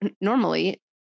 normally